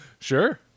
Sure